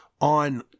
on